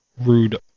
rude